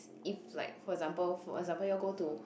if like for example for example you all go to